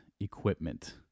equipment